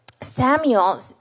Samuel